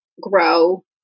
grow